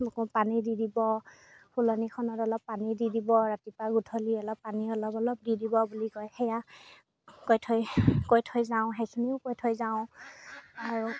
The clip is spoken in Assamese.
পানী দি দিব ফুলনিখনত অলপ পানী দি দিব ৰাতিপুৱা গধূলি অলপ পানী অলপ অলপ দি দিব বুলি কয় সেয়া কৈ থৈ কৈ থৈ যাওঁ সেইখিনিও কৈ থৈ যাওঁ আৰু